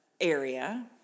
area